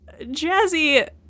Jazzy